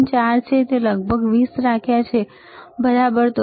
4 છે મેં લગભગ 20 રાખ્યા છે બરાબર